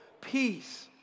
peace